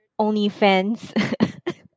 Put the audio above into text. OnlyFans